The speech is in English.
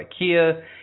IKEA